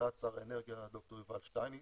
בהנחיית שר האנרגיה, ד"ר יובל שטייניץ.